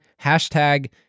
hashtag